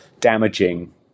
damaging